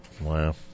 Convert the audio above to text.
Wow